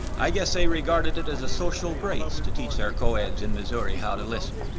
i guess they regarded it as a social grace to teach their coeds in missouri how to listen.